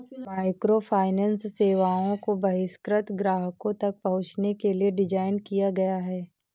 microfinance सेवाओं को बहिष्कृत ग्राहकों तक पहुंचने के लिए डिज़ाइन किया गया है